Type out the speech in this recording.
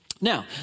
Now